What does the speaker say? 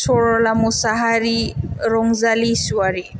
सर'ला मुसाहारि रंजालि इसवारि